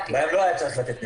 בהם לא היה צריך לתת היתר.